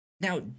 Now